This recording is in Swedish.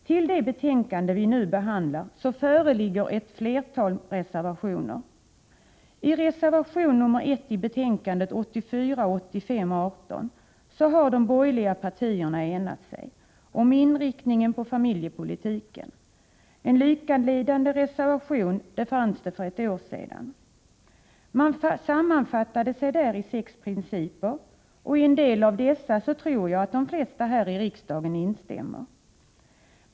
Till det betänkande vi nu behandlar föreligger flera reservationer. I reservation 1 i betänkande 18 har de borgerliga partierna enat sig om inriktningen på familjepolitiken. En likalydande reservation fanns för ett år sedan. Man sammanfattade där sex principer, och i en del av dessa tror jag att de flesta här i riksdagen instämmer.